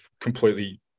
completely